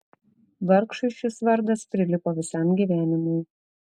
vargšui šis vardas prilipo visam gyvenimui